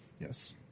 Yes